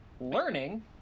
Learning